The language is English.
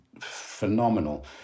phenomenal